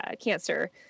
cancer